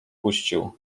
puścił